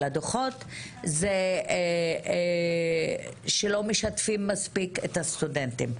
הדוחות זה שלא משתפים מספיק את הסטודנטים.